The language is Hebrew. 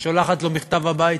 שולחת לו מכתב הביתה: